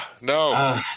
no